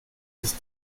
ist